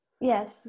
Yes